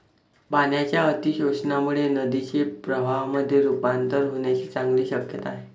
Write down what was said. पाण्याच्या अतिशोषणामुळे नदीचे प्रवाहामध्ये रुपांतर होण्याची चांगली शक्यता आहे